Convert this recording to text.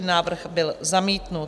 Návrh byl zamítnut.